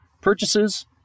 purchases